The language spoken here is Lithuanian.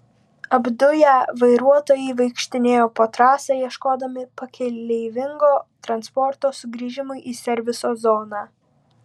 apduję vairuotojai vaikštinėjo po trasą ieškodami pakeleivingo transporto sugrįžimui į serviso zoną